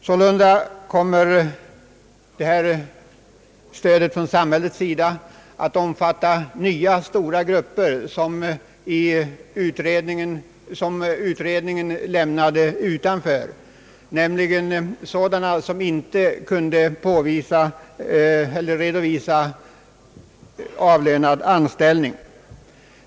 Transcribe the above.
Sålunda kommer samhällets stöd i detta hänseende att omfatta nya stora grupper som utredningen lämnade utanför, nämligen sådana som inte kunde redovisa avlönad anställ ning.